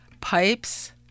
pipes